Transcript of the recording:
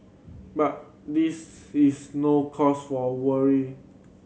but this is no cause for worry